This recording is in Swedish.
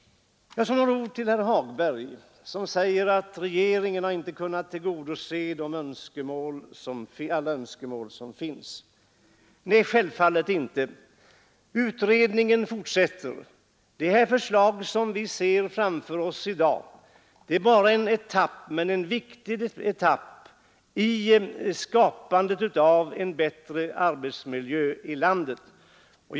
Så några ord till herr Hagberg, som säger att regeringen inte kunnat tillgodose alla önskemål som finns. Nej, självfallet inte. Utredningen fortsätter. De förslag som vi har oss förelagda i dag är bara en etapp, men en viktig etapp, i skapandet av en bättre arbetsmiljö i vårt land.